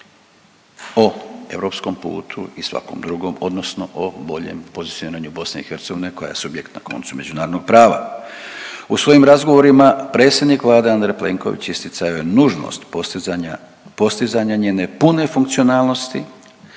o europskom putu i svakom drugom odnosno o boljem pozicioniranju BiH koja je subjekt, na koncu, međunarodnog prava. U svojim razgovorima predsjednik Vlade Andrej Plenković isticao je nužnost postizanja, postizanja njene pune funkcionalnosti,